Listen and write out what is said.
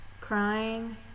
crying